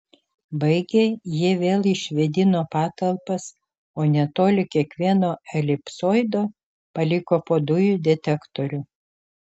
baigę jie vėl išvėdino patalpas o netoli kiekvieno elipsoido paliko po dujų detektorių